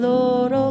Lord